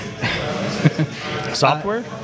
Software